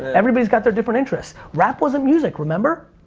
everybody's got their different interests. rap wasn't music, remember?